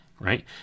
right